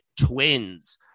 twins